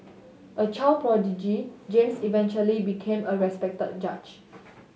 a child prodigy James eventually became a respected judge